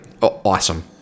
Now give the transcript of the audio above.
Awesome